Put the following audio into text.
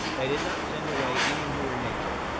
they did not send away any who were naked,